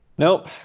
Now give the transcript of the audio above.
Nope